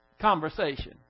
conversation